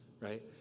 right